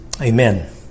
Amen